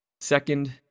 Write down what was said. Second